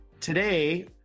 Today